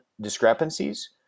discrepancies